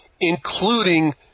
including